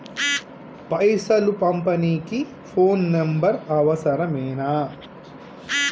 పైసలు పంపనీకి phone number అవసరమేనా?